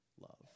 love